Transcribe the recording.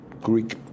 Greek